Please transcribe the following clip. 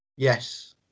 Yes